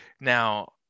now